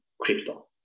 crypto